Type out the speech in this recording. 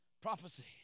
Prophecy